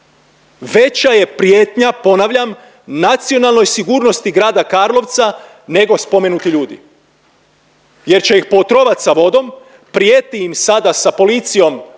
Veća je prijetnja ponavljam nacionalnoj sigurnosti grada Karlovca nego spomenuti ljudi jer će ih pootrovat sa vodom, prijeti im sada sa policijom